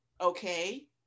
okay